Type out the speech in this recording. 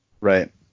Right